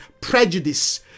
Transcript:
prejudice